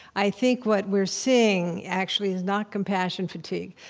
i think what we're seeing actually is not compassion fatigue,